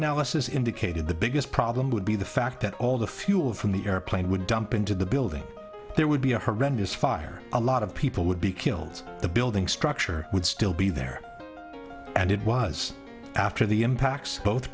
analysis indicated the biggest problem would be the fact that all the fuel from the airplane would dump into the building there would be a horrendous fire a lot of people would be killed the building structure would still be there and it was after the impacts both